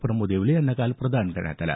प्रमोद येवले यांना काल प्रदान करण्यात आला